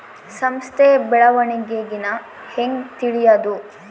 ಸಂಸ್ಥ ಬೆಳವಣಿಗೇನ ಹೆಂಗ್ ತಿಳ್ಯೇದು